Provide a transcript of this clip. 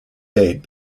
date